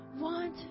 want